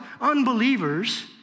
unbelievers